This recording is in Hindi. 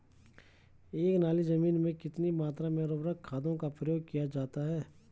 एक नाली जमीन में कितनी मात्रा में उर्वरक खादों का प्रयोग किया जाता है?